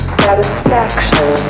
satisfaction